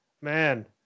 man